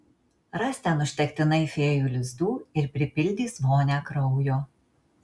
ras ten užtektinai fėjų lizdų ir pripildys vonią kraujo